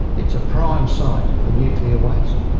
it's a prime site for nuclear waste.